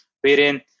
wherein